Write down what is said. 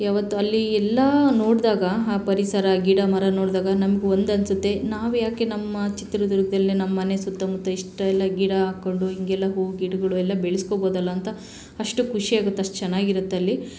ಯಾವತ್ತು ಅಲ್ಲಿ ಎಲ್ಲ ನೋಡಿದಾಗ ಆ ಪರಿಸರ ಗಿಡ ಮರ ನೋಡಿದಾಗ ನಮ್ಗೆ ಒಂದು ಅನ್ನಿಸುತ್ತೆ ನಾವು ಯಾಕೆ ನಮ್ಮ ಚಿತ್ರದುರ್ಗದಲ್ಲಿ ನಮ್ಮ ಮನೆ ಸುತ್ತಮುತ್ತ ಇಷ್ಟೆಲ್ಲ ಗಿಡ ಹಾಕಿಕೊಂಡು ಹೀಗೆಲ್ಲ ಹೂವು ಗಿಡ್ಗಳು ಎಲ್ಲ ಬೆಳೆಸ್ಕೋಬೋದಲ್ಲ ಅಂತ ಅಷ್ಟು ಖುಷಿಯಾಗುತ್ತೆ ಅಷ್ಟು ಚೆನ್ನಾಗಿರುತ್ತೆ ಅಲ್ಲಿ